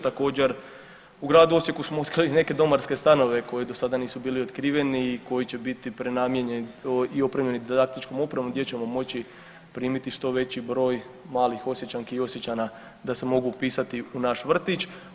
Također u gradu Osijeku smo otkrili neke domarske stanove koji do sada nisu bili otkriveni i koji će biti prenamijenjeni i opremljenom didaktičkom opremom gdje ćemo moći primiti što veći broj malih Osječanki i Osječana da se mogu upisati u naš vrtić.